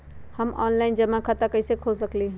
हम ऑनलाइन जमा खाता कईसे खोल सकली ह?